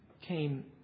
came